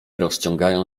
rozciągają